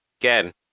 Again